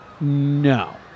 No